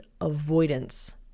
avoidance